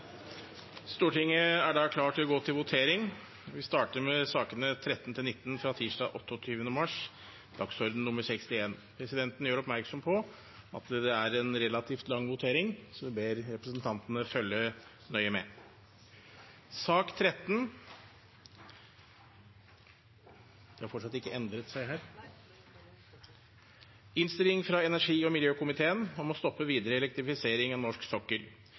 Stortinget er da klar til å gå til votering, og vi starter med sakene nr. 13–19 fra tirsdag 29. mars, dagsorden nr. 61. Presidenten gjør oppmerksom på at det er en relativt lang votering, så vi ber representantene følge nøye med. Under debatten er det satt frem i alt syv forslag. Det er forslag nr. 1, fra Ove Trellevik på vegne av Høyre, Venstre og